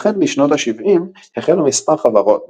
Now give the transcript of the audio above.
לכן בשנות השבעים החלו מספר חברות,